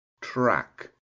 track